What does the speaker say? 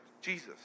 Jesus